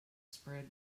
spread